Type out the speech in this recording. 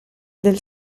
del